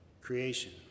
Creation